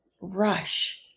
rush